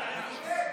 איווט.